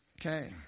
Okay